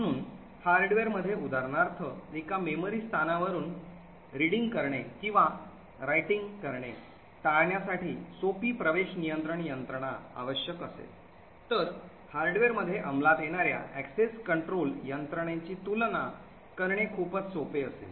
म्हणून हार्डवेअरमध्ये उदाहरणार्थ एका मेमरी स्थानावरून वाचन करणे किंवा लिहिणे टाळण्यासाठी सोपी access control mechanism आवश्यक असेल तर हार्डवेअरमध्ये अंमलात येणाऱ्या access control यंत्रणेची तुलना करणे खूपच सोपे असेल